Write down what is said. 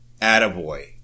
attaboy